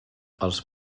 els